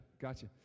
Gotcha